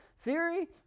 Theory